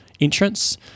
Entrance